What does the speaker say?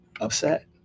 upset